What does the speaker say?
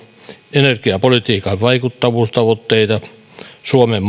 energiapolitiikan vaikuttavuustavoitteita suomen